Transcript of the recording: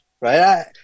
right